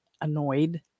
annoyed